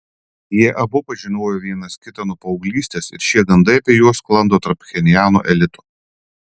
jie abu pažinojo vienas kitą nuo paauglystės ir šie gandai apie juos sklando tarp pchenjano elito